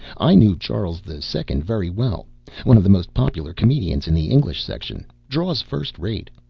i knew charles the second very well one of the most popular comedians in the english section draws first rate.